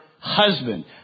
husband